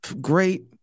great